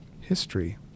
history